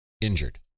Injured